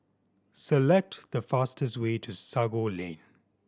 select the fastest way to Sago Lane